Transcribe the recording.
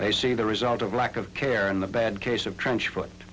they see the result of lack of care and a bad case of trench foot